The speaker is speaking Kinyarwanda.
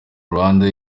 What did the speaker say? rwanda